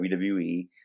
WWE